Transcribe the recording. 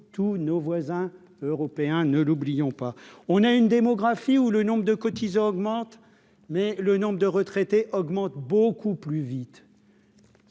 tous nos voisins européens, ne l'oublions pas, on a une démographie ou le nombre de cotisants augmente mais le nombre de retraités augmente beaucoup plus vite,